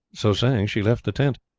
so saying she left the tent.